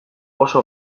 oso